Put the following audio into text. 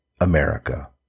America